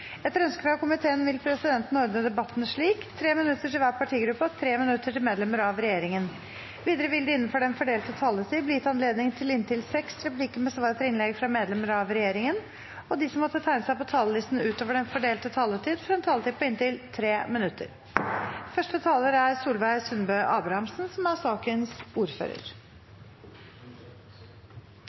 Etter ønske fra transport- og kommunikasjonskomiteen vil presidenten ordne debatten slik: 3 minutter til hvert parti og 3 minutter til medlemmer av regjeringen. Videre vil det – innenfor den fordelte taletid – bli gitt anledning til replikkordskifte med inntil seks replikker med svar etter innlegg fra medlemmer av regjeringen, og de som måtte tegne seg på talerlisten utover den fordelte taletid, får også en taletid på inntil 3 minutter.